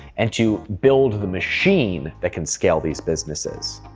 and to build the machine that can scale these businesses.